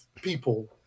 people